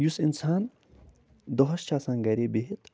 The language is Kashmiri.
یُس اِنسان دۄہَس چھِ آسان گَرے بِہِتھ